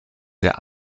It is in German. der